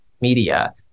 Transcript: media